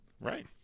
Right